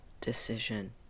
decision